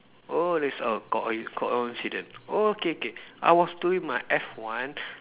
oh this oh coin~ coincidence oh okay okay I was doing my F one